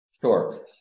Sure